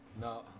No